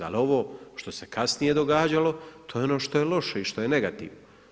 Ali ovo što se kasnije događalo, to je ono što loše i što je negativno.